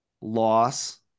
loss